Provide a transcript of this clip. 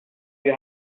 you